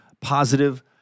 positive